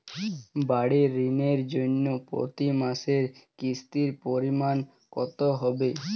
বাড়ীর ঋণের জন্য প্রতি মাসের কিস্তির পরিমাণ কত হবে?